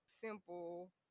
simple